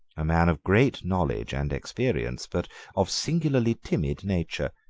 a man of great knowledge and experience, but of singularly timid nature.